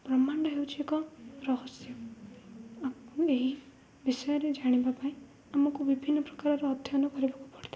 ବ୍ରହ୍ମାଣ୍ଡ ହେଉଛିି ଏକ ରହସ୍ୟ ଆମକୁ ଏହି ବିଷୟରେ ଜାଣିବା ପାଇଁ ଆମକୁ ବିଭିନ୍ନ ପ୍ରକାରର ଅଧ୍ୟୟନ କରିବାକୁ ପଡ଼ିଥାଏ